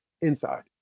inside